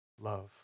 love